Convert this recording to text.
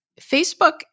Facebook